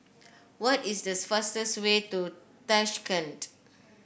what is the fastest way to Tashkent